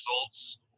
results